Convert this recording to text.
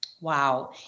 Wow